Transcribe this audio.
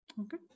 Okay